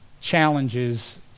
challenges